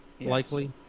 likely